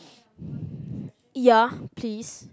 ya please